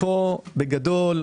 פה בגדול,